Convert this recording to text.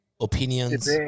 opinions